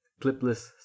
clipless